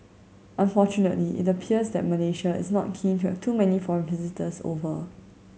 unfortunately it appears that Malaysia is not keen to have too many foreign visitors over